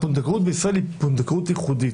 הפונדקאות בישראל היא פונדקאות ייחודית.